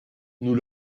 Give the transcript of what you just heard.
nous